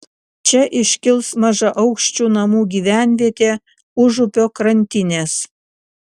čia iškils mažaaukščių namų gyvenvietė užupio krantinės